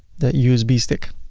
the usb stick.